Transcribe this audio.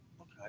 okay